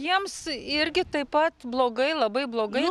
jiems irgi taip pat blogai labai blogai